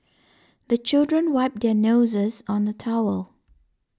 the children wipe their noses on the towel